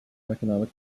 economic